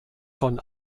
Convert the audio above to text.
von